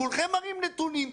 כולכם מראים נתונים.